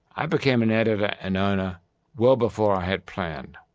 i became an editor and owner well before i had planned.